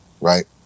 right